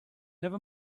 never